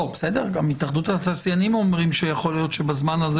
גם התאחדות התעשיינים אומרת שבזמן הזה